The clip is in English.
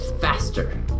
faster